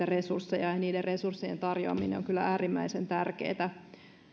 resursseja ja niiden resurssien tarjoaminen on kyllä äärimmäisen tärkeätä